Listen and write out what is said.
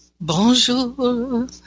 Bonjour